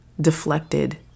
deflected